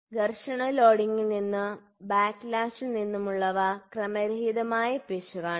ഘർഷണ ലോഡിംഗിൽ നിന്നും ബാക്ക്ലാഷിൽ നിന്നുമുള്ളവ ക്രമരഹിതമായ പിശകാണ്